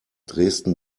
dresden